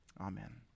amen